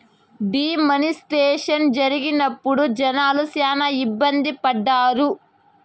D మానిస్ట్రేషన్ జరిగినప్పుడు జనాలు శ్యానా ఇబ్బంది పడ్డారు